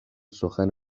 سخن